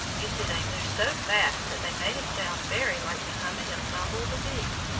you see they moved so fast that they made a sound very like the humming of bumble the bee.